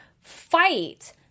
fight